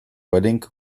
wedding